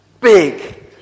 big